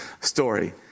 story